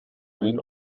wind